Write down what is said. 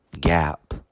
gap